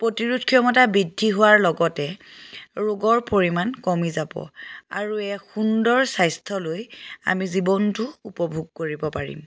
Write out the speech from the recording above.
প্ৰতিৰোধ ক্ষমতা বৃদ্ধি হোৱাৰ লগতে ৰোগৰ পৰিমাণ কমি যাব আৰু এক সুন্দৰ স্বাস্থ্যলৈ আমি জীৱনটো উপভোগ কৰিব পাৰিম